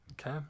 Okay